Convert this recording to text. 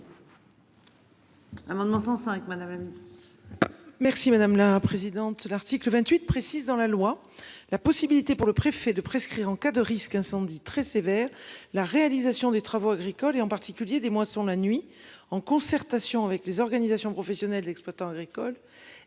L'amendement 103 Madame la Ministre.